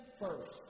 first